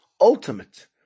ultimate